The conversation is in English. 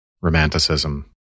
Romanticism